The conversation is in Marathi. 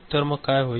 तर मग काय होईल